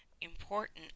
important